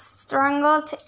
strangled